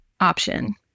option